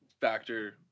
factor